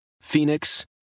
Phoenix